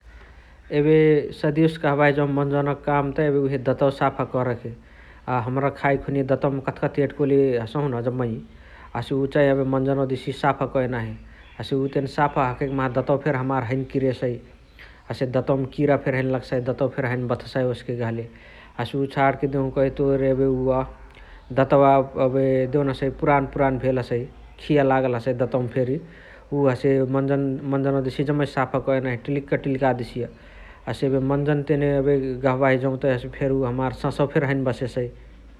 एबे सदियो से कहाँबाही जौ मन्जनक कामता एबे उहे दतवा साफा करके । हमरा खाइ खुनिया दतवमा कथी कथी एट्कोले हसहुन जम्मइ । हसे उअ चाइ मन्जनवा देसिय साफा कइ नाही । हसे उअ तेने साफ हखइक माहा दतवा फेर हमार हैने किरेसइ । हसे दतवमा किरा फेरी हैने लगसइ । हसे दतवा फेर हैने बथ्साइ ओसके गहले । हसे उअ छाणके देउकही तोर एबे उअ दतवा देउन हसे पुरान पुरान भेल हसइ खिया लगल हसइ दतवमा फेरी उअ हसे मन्जन देसिय जम्मै साफा कइ नाही टिल्लिक टिल्क देसिय । हसे एबे मन्जन तेने गहबाही जौत हसे फेरी हमार ससवा फेरी हैने बसेसइ ।